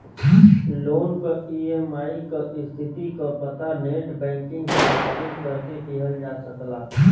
loan क EMI क स्थिति क पता नेटबैंकिंग से लॉगिन करके किहल जा सकला